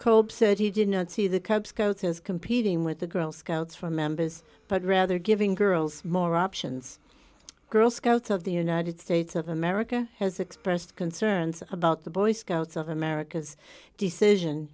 kolb said he did not see the cub scout is competing with the girl scouts for members but rather giving girls more options girl scouts of the united states of america has expressed concerns about the boy scouts of america's decision